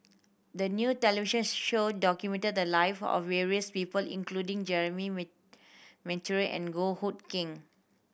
the new televisions show documented the life of various people including Jeremy Monteiro and Goh Hood Keng